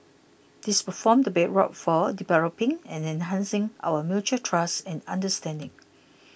this will form the bedrock for developing and enhancing our mutual trust and understanding